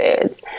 foods